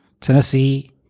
Tennessee